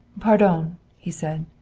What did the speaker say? pardon, he said.